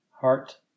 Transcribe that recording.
heart